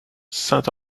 saint